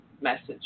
message